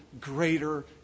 greater